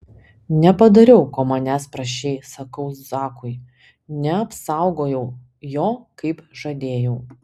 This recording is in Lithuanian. nepadariau ko manęs prašei sakau zakui neapsaugojau jo kaip žadėjau